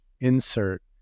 insert